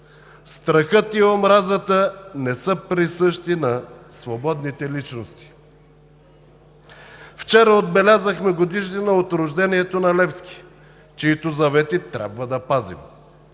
Страхът и омразата не са присъщи на свободните личности. Вчера отбелязахме годишнина от рождението на Левски, чиито завети трябва да пазим: